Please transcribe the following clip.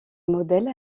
modèle